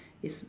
is